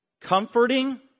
comforting